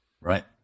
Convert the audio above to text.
right